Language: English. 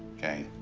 okay.